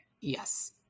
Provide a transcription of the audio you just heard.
Yes